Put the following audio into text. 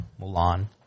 Mulan